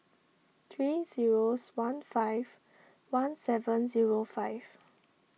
three zero one five one seven zero five